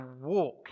walk